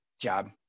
job